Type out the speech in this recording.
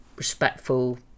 respectful